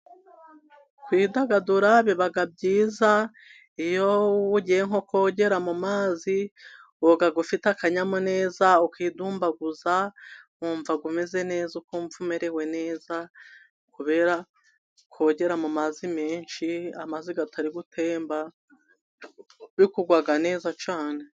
Kwidagadura biba byiza, iyo ugiye nko kogera mu mazi woga ufite akanyamuneza ukidumbaguza, wumva umeze neza ukumva umerewe neza, kubera kogera mu mazi menshi amazi atari gutemba, bikugwa neza cyane.